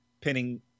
pinning